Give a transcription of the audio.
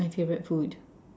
my favorite food